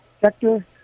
sector